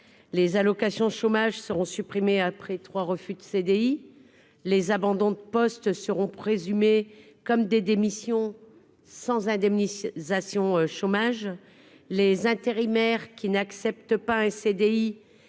Les allocations chômage seront supprimées après trois refus de CDI. Les abandons de poste seront considérés comme des démissions, sans indemnisation chômage. Les intérimaires qui n'acceptent pas un CDI